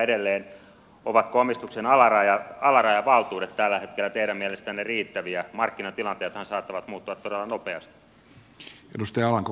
edelleen ovatko omistuksen alarajavaltuudet tällä hetkellä teidän mielestänne riittäviä markkinatilanteethan saattavat muuttua todella nopeasti